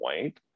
point